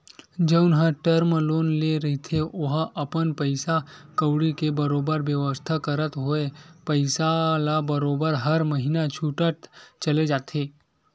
जउन ह term loan ले रहिथे ओहा अपन पइसा कउड़ी के बरोबर बेवस्था करत होय पइसा ल बरोबर हर महिना छूटत चले जाथे